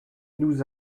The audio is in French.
nous